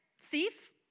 thief